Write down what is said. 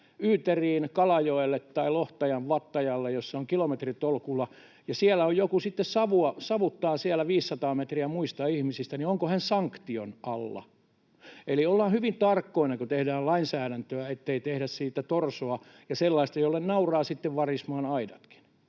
Yyteriin, Kalajoelle tai Lohtajan Vattajalle, jossa on kilometritolkulla rantaa, ja siellä joku sitten savuttaa siellä 500 metriä muista ihmisistä, niin onko hän sanktion alla. Eli ollaan hyvin tarkkoina, kun tehdään lainsäädäntöä, ettei tehdä siitä torsoa ja sellaista, jolle nauraa sitten varismaan aidatkin.